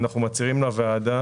אנחנו מצהירים לוועדה